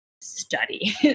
study